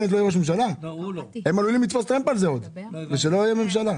הם עלולים לתפוס על זה טרמפ עוד ושלא תהיה ממשלה.